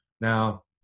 Now